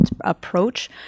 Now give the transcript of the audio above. approach